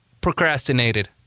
procrastinated